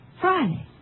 Friday